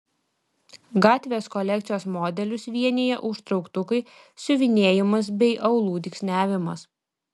gatvės kolekcijos modelius vienija užtrauktukai siuvinėjimas bei aulų dygsniavimas